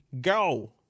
Go